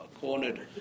cornered